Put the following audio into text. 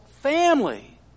family